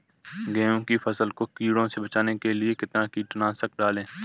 गेहूँ की फसल को कीड़ों से बचाने के लिए कितना कीटनाशक डालें?